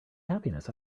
happiness